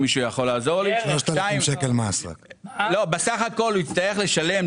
אם מישהו יכול לעזור לי בסך הכול הוא יצטרך לשלם,